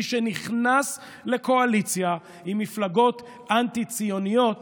מי שנכנס לקואליציה עם מפלגות אנטי-ציוניות